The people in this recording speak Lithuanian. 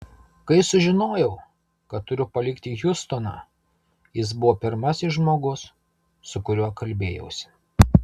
kai sužinojau kad turiu palikti hjustoną jis buvo pirmasis žmogus su kuriuo kalbėjausi